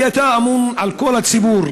כי אתה אמון על כל הציבור,